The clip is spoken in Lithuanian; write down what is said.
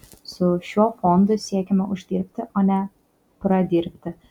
su šiuo fondu siekiame uždirbti o ne pradirbti